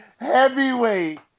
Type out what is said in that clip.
Heavyweight